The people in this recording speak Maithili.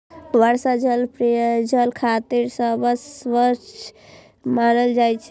वर्षा जल पेयजल खातिर सबसं स्वच्छ मानल जाइ छै